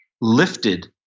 lifted